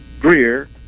Greer